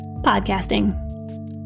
podcasting